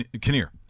Kinnear